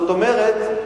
זאת אומרת,